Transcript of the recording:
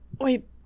Wait